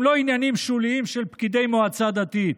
הם לא עניינים שוליים של פקידי מועצה דתית.